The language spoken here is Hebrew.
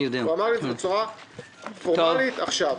הוא אמר לי את זה בצורה פורמלית עכשיו.